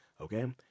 okay